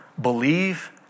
believe